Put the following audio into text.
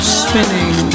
spinning